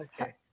Okay